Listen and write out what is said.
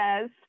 says